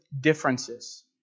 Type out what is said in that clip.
differences